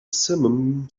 simum